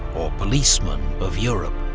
or policeman, of europe.